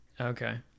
okay